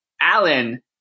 Allen